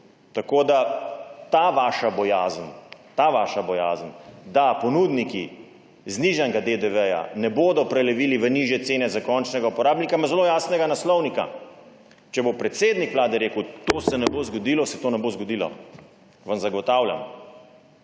Tako da ta vaša bojazen, da ponudniki znižanega DDV ne bodo prelevili v nižje cene za končnega uporabnika, ima zelo jasnega naslovnika. Če bo predsednik Vlade rekel, to se ne bo zgodilo, se to ne bo zgodilo. Vam zagotavljam.